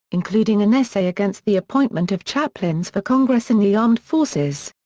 including an essay against the appointment of chaplains for congress and the armed forces.